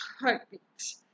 Heartbeats